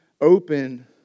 open